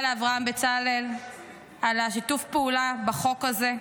לאברהם בצלאל על שיתוף הפעולה בחוק הזה,